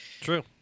True